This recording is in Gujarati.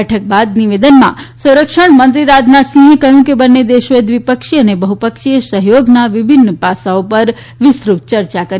બેઠક બાદ નિવેદનમાં સંરક્ષણમંત્રી રાજનાથસિંહ કહ્યું કે બંને દેશો દ્વિપક્ષીય અને બહ્પક્ષીય સહયોગના વિભિન્ન પાસાઓ પર વિસ્તૃત ચર્ચા કરી